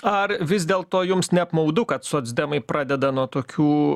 ar vis dėl to jums neapmaudu kad socdemai pradeda nuo tokių